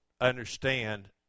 understand